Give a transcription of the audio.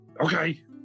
Okay